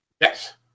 Yes